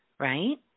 Right